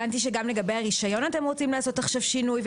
הבנתי שאתם רוצים לעשות שינוי גם לגבי הרישיון,